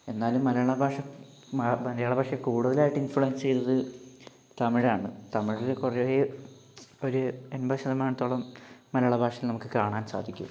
എന്നാലും മലയാള ഭാഷ മലയാള ഭാഷയെ കൂടുതലായിട്ട് ഇൻഫ്ലുവൻസ് ചെയ്തത് തമിഴാണ് തമിഴിൽ കുറേ ഒരു എൺപത് ശതമാനത്തോളം മലയാള ഭാഷയിൽ നമുക്ക് കാണാൻ സാധിക്കും